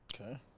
Okay